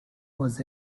was